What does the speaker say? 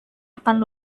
akan